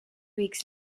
weeks